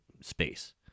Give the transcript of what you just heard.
space